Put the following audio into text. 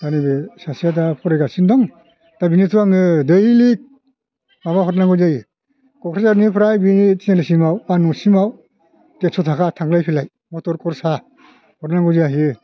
दा नैबे सासेआ दा फरायगासिनो दं दा बेनोथ' आङो दैलिग माबा हरनांगौ जायो कक्राझारनिफ्राय बि तिनालिसिमाव बा न'सिमाव देरस' थाखा थांलाय फैलाय मटर खरसा हरनांगौ जाहैयो